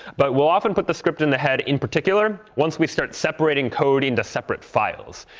but we'll often put the script in the head, in particular, once we start separating code into separate files.